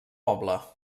poble